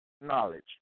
knowledge